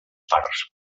parts